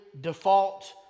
default